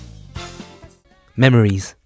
memories